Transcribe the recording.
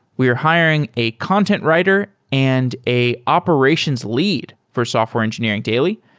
we are hiring a content writer and a operations lead for software engineering daily.